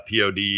Pod